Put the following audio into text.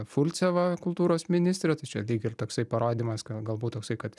fulceva kultūros ministrė tai čia lyg ir toksai parodymas na galbūt toksai kad